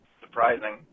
surprising